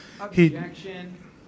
Objection